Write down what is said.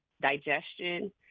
digestion